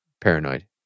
paranoid